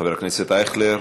חבר הכנסת אייכלר,